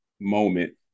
moment